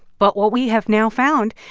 but what we have now found,